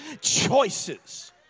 choices